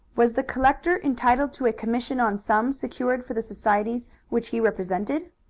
was the collector entitled to a commission on sums secured for the societies which he represented?